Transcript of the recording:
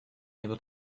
able